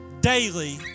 daily